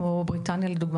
כמו בריטניה למשל,